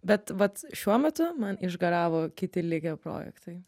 bet vat šiuo metu man išgaravo kiti likę projektai